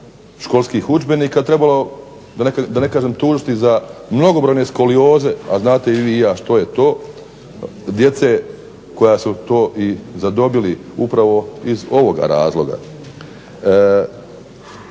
školskih udžbenika trebalo da ne kažem tužiti za mnogobrojne skolioze, a znate i vi i ja što je to, djece koji su to i zadobili upravo iz ovoga razloga.